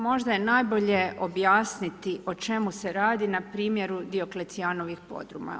Možda je najbolje objasniti o čemu se radi na primjeru Dioklecijanovih podruma.